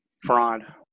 Fraud